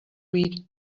read